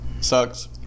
Sucks